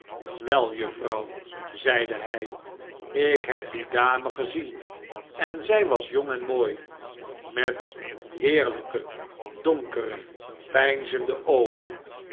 wel juffrouw zeide hij ik heb die dame gezien en zij was jong en mooi met heerlijke donkere peinzende oogen